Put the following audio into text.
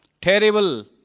Terrible